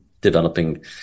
developing